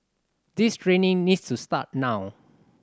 this training needs to start now